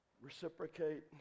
reciprocate